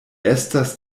estas